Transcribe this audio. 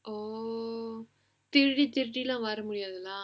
oh திருடி திருடிலா வர முடியாது:thirudi thirudilaa vara mudiyaathu lah